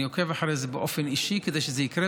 אני עוקב אחרי זה באופן אישי כדי שזה יקרה,